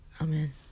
amen